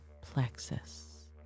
plexus